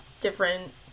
different